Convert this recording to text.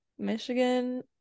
michigan